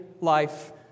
life